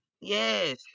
Yes